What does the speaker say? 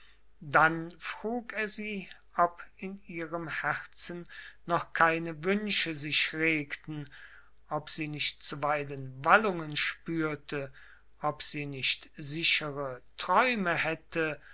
dann frug er sie ob in ihrem herzen noch keine wünsche sich regten ob sie nicht zuweilen wallungen spürte ob sie nicht sichere träume hätte